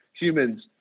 humans